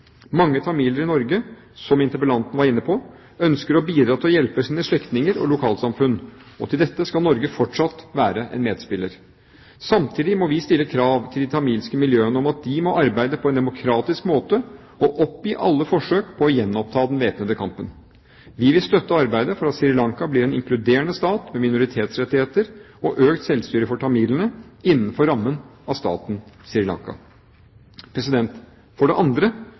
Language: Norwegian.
Mange tamiler i Norge, som interpellanten var inne på, ønsker å bidra til å hjelpe sine slektninger og lokalsamfunn, og til dette skal Norge fortsatt være en medspiller. Samtidig må vi stille krav til de tamilske miljøene om at de må arbeide på en demokratisk måte og oppgi alle forsøk på å gjenoppta den væpnede kampen. Vi vil støtte arbeidet for at Sri Lanka blir en inkluderende stat med minoritetsrettigheter og økt selvstyre for tamilene, innenfor rammene av staten Sri Lanka. For det andre